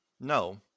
No